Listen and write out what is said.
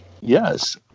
Yes